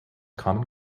common